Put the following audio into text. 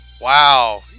Wow